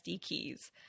keys